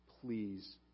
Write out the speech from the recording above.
please